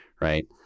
right